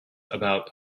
about